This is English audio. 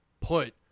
put